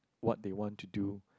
what they want to do